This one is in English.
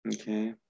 Okay